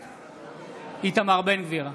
בעד איתמר בן גביר,